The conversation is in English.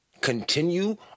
continue